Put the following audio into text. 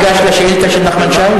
בוא ניגש לשאילתא של נחמן שי.